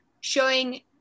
showing